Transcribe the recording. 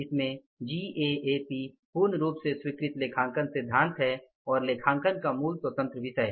इसमें जीएएपी पूर्ण रूप से स्वीकृत लेखांकन सिद्धांत हैं और लेखांकन का मूल स्वतंत्र विषय